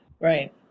right